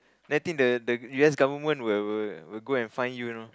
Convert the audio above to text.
I think the the U_S government will will will go and find you you know